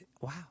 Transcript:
Wow